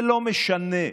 לא משנה,